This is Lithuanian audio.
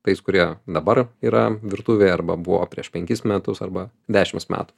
tais kurie dabar yra virtuvėje arba buvo prieš penkis metus arba dešimt metų